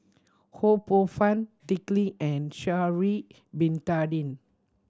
Ho Poh Fun Dick Lee and Sha'ari Bin Tadin